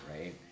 right